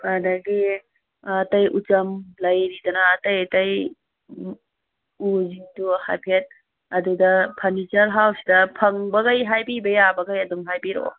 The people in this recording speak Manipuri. ꯑꯗꯒꯤ ꯑꯇꯩ ꯎꯆꯝ ꯂꯩꯔꯤꯗꯅ ꯑꯇꯩ ꯑꯇꯩ ꯎꯁꯤꯡꯗꯨ ꯍꯥꯏꯐꯦꯠ ꯑꯗꯨꯗ ꯐꯔꯅꯤꯆꯔ ꯍꯥꯎꯁꯇ ꯐꯪꯕꯒꯩ ꯍꯥꯏꯕꯤꯕ ꯌꯥꯕꯒꯩ ꯑꯗꯨꯝ ꯍꯥꯏꯕꯤꯔꯛꯑꯣ